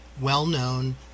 well-known